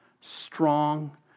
strong